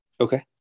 Okay